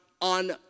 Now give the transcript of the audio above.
on